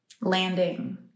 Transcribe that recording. Landing